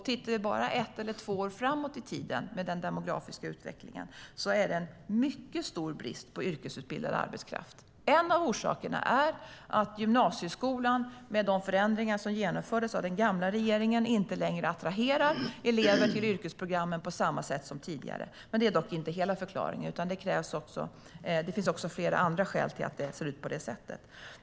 Tittar vi bara ett eller två år framåt i tiden när det gäller den demografiska utvecklingen är det en mycket stor brist på yrkesutbildad arbetskraft. En av orsakerna är att gymnasieskolan, med de förändringar som genomfördes av den gamla regeringen, inte längre attraherar elever till yrkesprogrammen på samma sätt som tidigare. Men det är inte hela förklaringen, utan det finns också andra skäl till att det ser ut på det sättet.